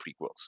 prequels